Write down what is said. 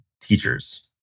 teachers